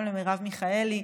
וגם למרב מיכאלי,